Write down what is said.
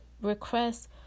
request